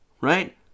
right